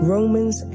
Romans